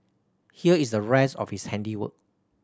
here is the rest of his handiwork